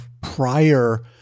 prior